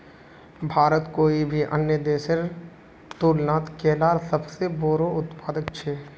भारत कोई भी अन्य देशेर तुलनात केलार सबसे बोड़ो उत्पादक छे